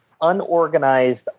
unorganized